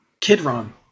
Kidron